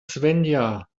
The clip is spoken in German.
svenja